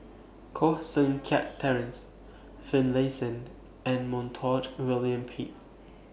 Koh Seng Kiat Terence Finlaysond and Montague William Pett